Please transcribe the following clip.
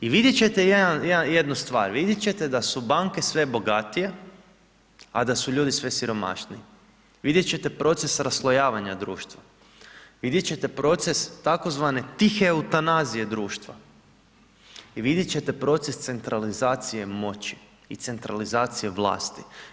I vidjeti ćete jednu stvar, vidjeti ćete da su banke sve bogatije a da su ljudi sve siromašniji, vidjeti ćete proces raslojavanja društva, vidjeti ćete proces tzv. tihe eutanazije društva i vidjeti ćete proces centralizacije moći i centralizacije vlasti.